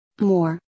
More